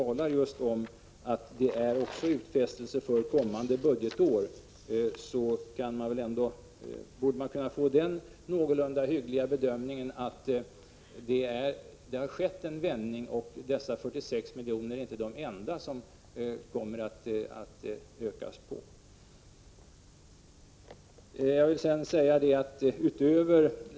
Kopplar man Kjell-Olof Feldts uttalande med den uppgörelse som vi socialdemokrater och vänsterpartiet kommunisterna har träffat, så borde man kunna göra den någorlunda hyggliga bedömningen att det har skett en vändning. Dessa 46 miljoner är givetvis inte den enda ökning som kommer att ske.